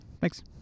Thanks